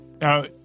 Now